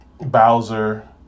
Bowser